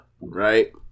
right